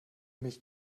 mich